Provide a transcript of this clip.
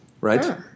Right